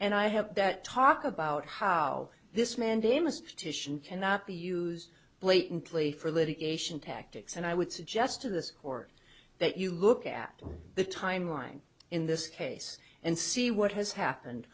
and i have that talk about how this mandamus petition cannot be used blatantly for litigation tactics and i would suggest to this or that you look at the timeline in this case and see what has happened